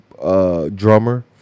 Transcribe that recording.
drummer